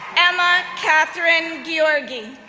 emma katherine gyorgy,